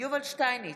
יובל שטייניץ,